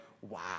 Wow